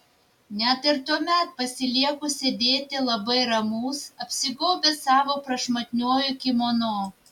net ir tuomet pasilieku sėdėti labai ramus apsigaubęs savo prašmatniuoju kimono